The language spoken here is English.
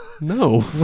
No